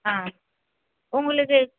ஆ உங்களுக்கு